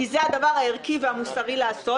כי זה הדבר הערכי והמוסרי לעשות,